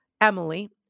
Emily